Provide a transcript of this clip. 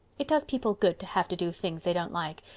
it does people good to have to do things they don't like.